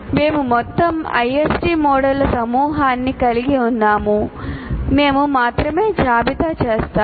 మేము మొత్తం ISD మోడళ్ల సమూహాన్ని కలిగి ఉన్నాము మేము మాత్రమే జాబితా చేస్తాము